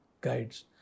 guides